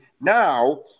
now